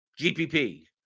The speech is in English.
gpp